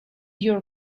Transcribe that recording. your